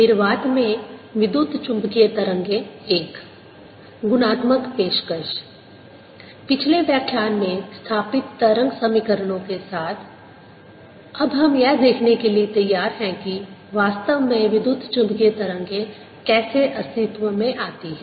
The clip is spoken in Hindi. निर्वात में विद्युत चुम्बकीय तरंगें -I गुणात्मक पेशकश पिछले व्याख्यान में स्थापित तरंग समीकरणों के साथ अब हम यह देखने के लिए तैयार हैं कि वास्तव में विद्युत चुम्बकीय तरंगें कैसे अस्तित्व में आती हैं